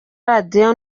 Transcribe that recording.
radio